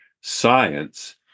science